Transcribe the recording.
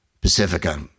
Pacifica